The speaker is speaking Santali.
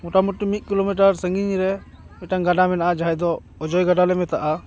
ᱢᱚᱴᱟ ᱢᱩᱴᱤ ᱢᱤᱫ ᱠᱤᱞᱳ ᱢᱤᱴᱟᱨ ᱥᱟᱺᱜᱤᱧ ᱨᱮ ᱢᱤᱫᱴᱟᱝ ᱜᱟᱰᱟ ᱢᱮᱱᱟᱜᱼᱟ ᱡᱟᱦᱟᱸᱭ ᱫᱚ ᱚᱡᱚᱭ ᱜᱟᱰᱟ ᱞᱮ ᱢᱮᱛᱟᱜᱼᱟ